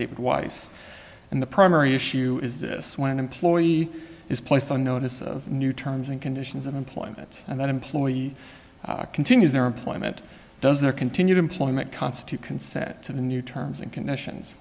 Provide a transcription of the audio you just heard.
david weiss and the primary issue is this when an employee is placed on notice of new terms and conditions of employment and that employee continues their employment does their continued employment constitute consent to the new terms and conditions